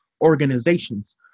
organizations